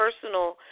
personal